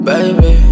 Baby